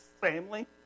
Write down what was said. family